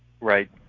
Right